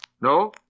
No